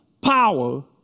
power